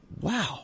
Wow